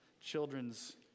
children's